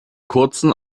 kurzen